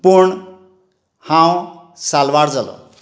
पूण हांव साल्वार जालों